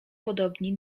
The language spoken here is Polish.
podobni